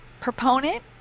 proponent